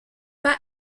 pas